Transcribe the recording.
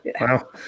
Wow